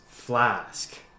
Flask